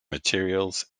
materials